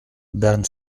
bern